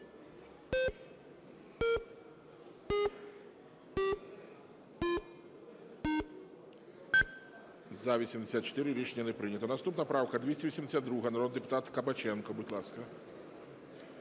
За-84 Рішення не прийнято. Наступна правка 282, народний депутат Кабаченко. Будь ласка.